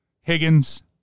Higgins